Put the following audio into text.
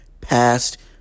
past